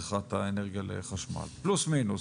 מצריכת האנרגיה לחשמל, פלוס מינוס.